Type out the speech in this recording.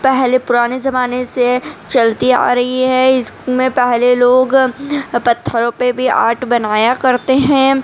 پہلے پرانے زمانے سے چلتی آ رہی ہے اس میں پہلے لوگ پتھروں پہ بھی آرٹ بنایا کرتے ہیں